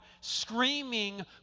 screaming